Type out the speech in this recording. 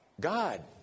God